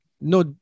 no